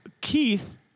Keith